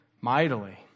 mightily